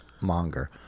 Monger